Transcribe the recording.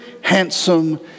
handsome